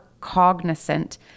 cognizant